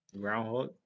groundhog